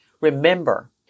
Remember